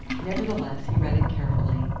nevertheless, he read it carefully,